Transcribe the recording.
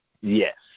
Yes